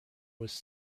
was